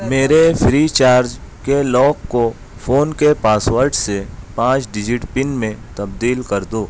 میرے free charge کے lock کو فون کے پاس ورڈ سے پانچ ڈجٹ پن میں تبدیل کر دو